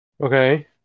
Okay